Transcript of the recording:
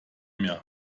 mehr